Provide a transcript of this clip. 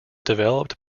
developed